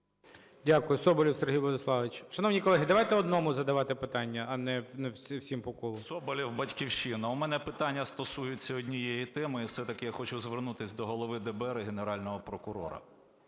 Дякую. Соболєв Сергій Владиславович. Шановні колеги, давайте одному задавати питання, а не всім по колу. 20:55:58 СОБОЛЄВ С.В. Соболєв, "Батьківщина". У мене питання стосуються однієї теми. І все-таки я хочу звернутись до голови ДБР і Генерального прокурора.